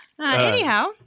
Anyhow